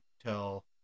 till